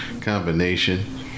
combination